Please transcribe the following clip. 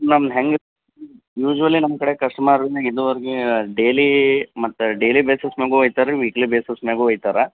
ನಮ್ದು ಹೇಗ್ ಯೂಶ್ವಲಿ ನಮ್ಮ ಕಡೆ ಕಸ್ಟಮರನ್ನು ಇದುವರೆಗೆ ಡೇಲೀ ಮತ್ತೆ ಡೇಲಿ ಬೇಸಸ್ ಮ್ಯಾಗೂ ಒಯ್ತಾರೆ ರೀ ವೀಕ್ಲಿ ಬೇಸಸ್ ಮ್ಯಾಗೂ ಒಯ್ತಾರೆ